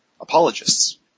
apologists